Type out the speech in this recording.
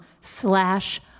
slash